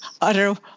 utter